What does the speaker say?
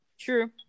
True